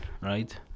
right